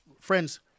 friends